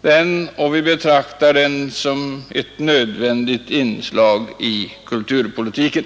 den traditionen, och vi betraktar den som ett nödvändigt inslag i kulturpolitiken.